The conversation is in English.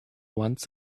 once